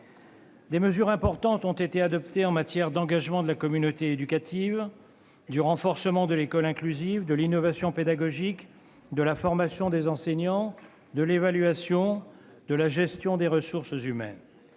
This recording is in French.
Des mesures importantes ont été adoptées en matière d'engagement de la communauté éducative, du renforcement de l'école inclusive, de l'innovation pédagogique, de la formation des enseignants, de l'évaluation, de la gestion des ressources humaines.